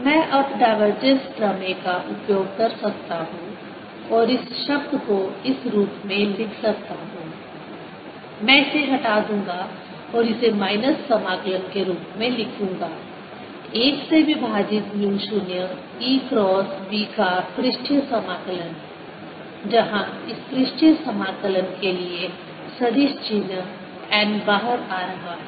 मैं अब डाइवर्जेंस प्रमेय का उपयोग कर सकता हूं और इस शब्द को इस रूप में लिख सकता हूं मैं इसे हटा दूंगा और इसे माइनस समाकलन के रूप में लिखूंगा- 1 से विभाजित म्यू 0 E क्रॉस B का पृष्ठीय समाकलन जहाँ इस पृष्ठीय समाकलन के लिए सदिश चिन्ह - n बाहर आ रहा है